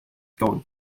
going